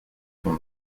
son